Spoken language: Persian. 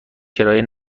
کرایه